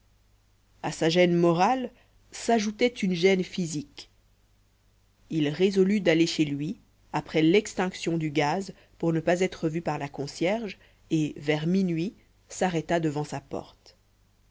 à sa gêne morale s'ajoutait une gêne physique il résolut d'aller chez lui après l'extinction du gaz pour ne pas être vu par la concierge et vers minuit s'arrêta devant sa porte